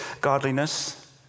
godliness